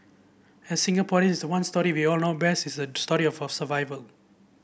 as Singaporeans the one story we all know best is the story of survival